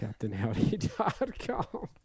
CaptainHowdy.com